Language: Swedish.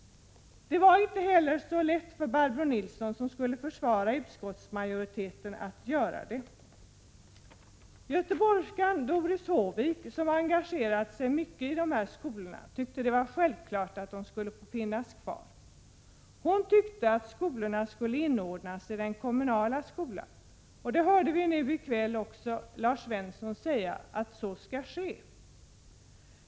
Det var inte heller så lätt för Barbro Nilsson att försvara utskottsmajoritetens ståndpunkt. Göteborgskan Doris Håvik, som engagerat sig mycket i dessa skolor, tyckte det var självklart att de skulle finnas kvar. Hon tyckte skolorna skulle inordnas i den kommunala skolan, och det hörde vi i kväll också Lars Svensson säga.